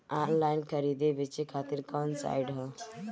Online खरीदे बेचे खातिर कवन साइड ह?